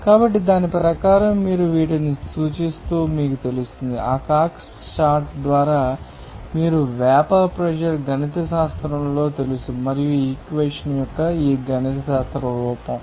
కాబట్టి దాని ప్రకారం మీరు వీటిని సూచిస్తారని మీకు తెలుస్తుంది ఆ కాక్స్ చార్ట్ ద్వారా మీరు వేపర్ ప్రెషర్ గణితశాస్త్రంలో తెలుసు మరియు ఈ ఇక్వేషన్ యొక్క ఈ గణిత రూపం